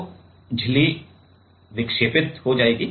तो झिल्ली विक्षेपित हो जाएगी